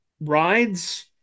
rides